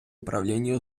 управлінні